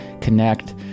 connect